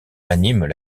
animent